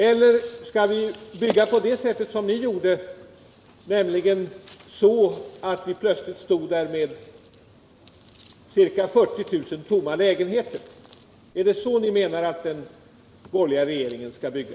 Eller skall vi bygga på det sättet som ni gjorde, nämligen så att vi plötsligt står där med ca 40 000 tomma lägenheter? Är det så ni menar att den borgerliga regeringen skall bygga?